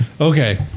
Okay